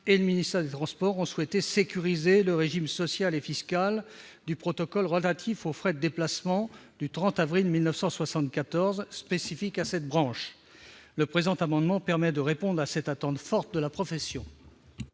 et le ministère des transports ont souhaité sécuriser le régime social et fiscal du protocole relatif aux frais de déplacement du 30 avril 1974, spécifique à cette branche. Cet amendement permet de répondre à une attente forte de la profession.